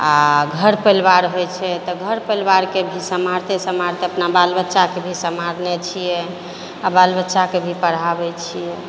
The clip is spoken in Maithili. आ घर परिवार होइ छै तऽ घर परिवारके भी सम्हारते सम्हारते अपन बाल बच्चाके भी सम्हारने छियै आ बाल बच्चाके भी पढ़ाबै छियै